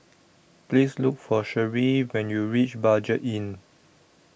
Please Look For Sharif when YOU REACH Budget Inn